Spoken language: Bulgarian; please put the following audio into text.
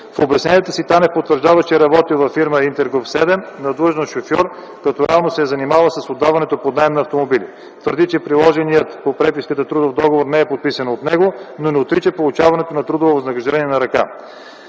В обяснението си Танев потвърждава, че е работил във фирма „Интергруп 7” – на длъжност шофьор, като реално се е занимавал и с отдаването под наем на автомобили. Твърди, че приложеният към преписката трудов договор не е подписан от него, но не отрича получаването на трудово възнаграждение на ръка.